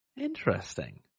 interesting